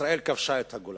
ישראל כבשה את הגולן.